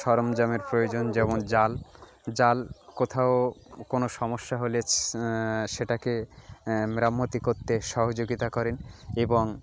সরমঞ্জামের প্রয়োজন যেমন জাল জাল কোথাও কোনো সমস্যা হলে সেটাকে মেরামতি করতে সহযোগিতা করেন এবং